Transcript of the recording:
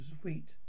sweet